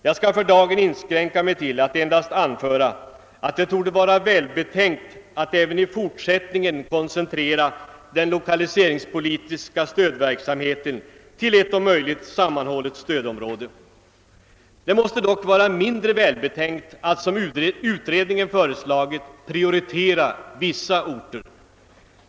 Jag skall för dagen inskränka mig till att framhålla att det torde vara välbetänkt att även i fortsättningen koncentrera den lokaliseringspolitiska stödverksamheten till ett om möjligt sammanhållet stödområde. Det måste dock vara mindre välbetänkt att, såsom utredningen föreslagit, prioritera vissa orter.